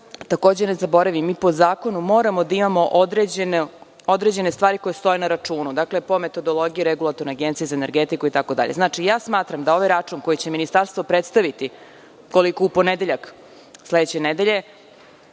lepo objašnjene. Mi po zakonu moramo da imamo određene stvari koje stoje na računu. Dakle, po metodologiji Regulatorne agencije za energetiku itd. Znači, smatram da ovaj račun koji će Ministarstvo predstaviti, koliko u ponedeljak sledeće nedelje,